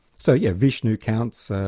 so yeah, vishnu counts,